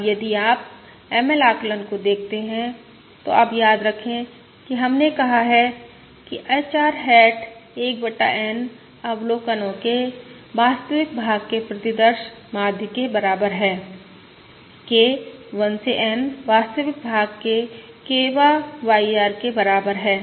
अब यदि आप ML आकलन को देखते हैं तो अब याद रखें कि हमने कहा है कि HR हैट 1 बटा N अवलोकनों के वास्तविक भाग के प्रतिदर्श माध्य के बराबर है K 1 से N वास्तविक भाग के K वाँ Y R के बराबर है